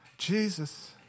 Jesus